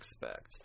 expect